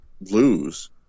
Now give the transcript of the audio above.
lose